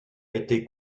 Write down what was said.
été